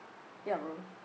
ya bro